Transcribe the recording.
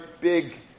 big